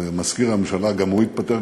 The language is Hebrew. ומזכיר הממשלה גם הוא התפטר,